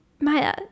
Maya